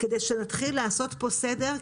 על מנת שנתחיל לעשות פה סדר,